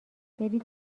برید